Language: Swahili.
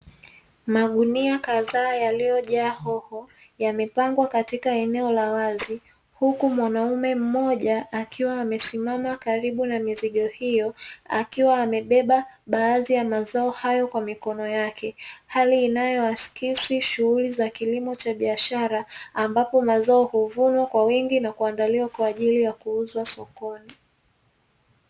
Magunia kadhaa yaliyojaa hoho yamepangwa katika eneo la wazi, huku mwanaume mmoja akiwa amesimama karibu na mizigo hiyo, akiwa amebeba baadhi ya mazao hayo kwa mikono yake. Hali inayoakisi shughuli za kilimo cha biashara, ambapo mazao huvunwa kwa wingi na kuandaliwa kwa ajili ya kuuzwa sokoni.